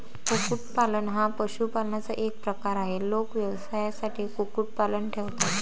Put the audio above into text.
कुक्कुटपालन हा पशुपालनाचा एक प्रकार आहे, लोक व्यवसायासाठी कुक्कुटपालन ठेवतात